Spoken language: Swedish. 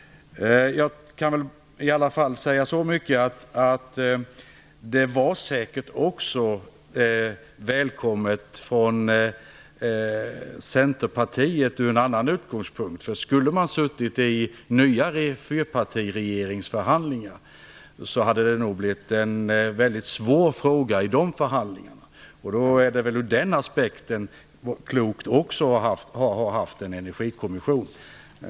Det var säkert välkommet också för Centerpartiet från en annan utgångspunkt: Detta skulle säkert ha blivit en väldigt svår fråga att hantera i nya fyrpartiregeringsförhandlingar. Ur den aspekten är det väl också klokt att ha haft en energikommission.